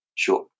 Sure